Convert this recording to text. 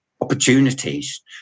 opportunities